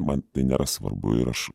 man tai nėra svarbu ir aš